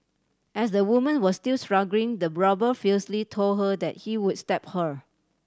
as the woman was still struggling the robber fiercely told her that he would stab her